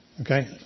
okay